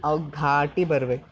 ಅವು ಘಾಟಿ ಬರ್ಬೇಕು